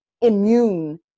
immune